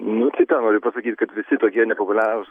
nu tai tą noriu pasakyt kad visi tokie nepopuliarūs